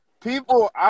people